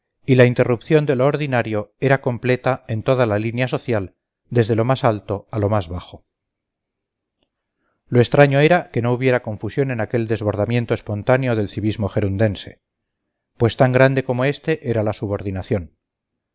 y la interrupción de lo ordinario era completa en toda la línea social desde lo más alto a lo más bajo lo extraño era que no hubiera confusión en aquel desbordamiento espontáneo del civismo gerundense pues tan grande como este era la subordinación